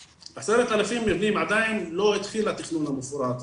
10,000 מבנים עדיין לא התחיל התכנון המפורט,